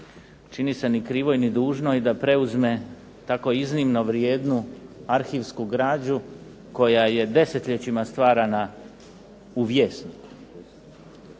čini se ni krivoj ni dužnoj da preuzme tako iznimno vrijednu arhivsku građu koja je desetljećima stvarana u vijest.